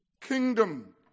kingdom